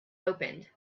opened